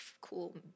cool